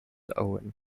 owen